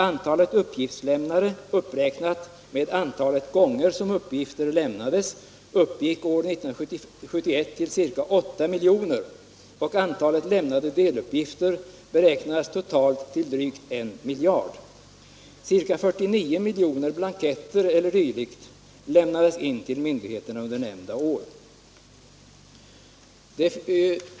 Antalet uppgiftslämnare, uppräknat med antalet gånger som uppgifter lämnades, uppgick år 1971 till ca 8 miljoner, och antalet lämnade deluppgifter beräknades till drygt 1 miljard. Ca 49 miljoner blanketter e. d. lämnades in till myndigheterna under nämnda år.